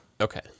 Okay